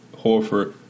Horford